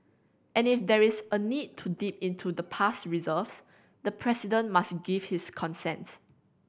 and if there is a need to dip into the past reserves the President must give his consent